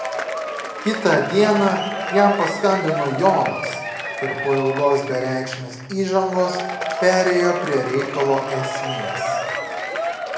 kitą dieną jam paskambino jonas ir po ilgos bereikšmės įžangos perėjo prie reikalo esmės